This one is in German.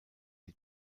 die